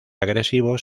agresivos